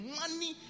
money